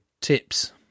tips